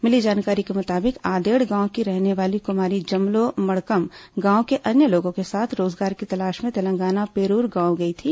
मिली जानकारी के मुताबिक आदेड़ गांव की रहने वाली कुमारी जमलो मड़कम गांव के अन्य लोगों के साथ रोजगार की तलाश में तेलंगाना पेरूर गांव गई थी